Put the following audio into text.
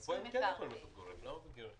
שהוא אומר שהם כמעט ולא מגישים גם